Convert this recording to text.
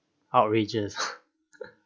outrages